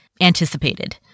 anticipated